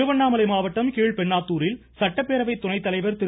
திருவண்ணாமலை மாவட்டம் கீழ்பெண்ணாத்தாரில் சட்டப்பேரவை துணைத்தலைவர் திரு